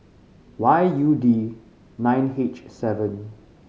Y U D nine H seven